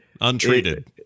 untreated